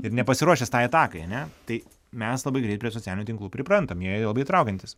ir nepasiruošęs tai atakai ane tai mes labai greit prie socialinių tinklų priprantam jie labai įtraukiantys